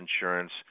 insurance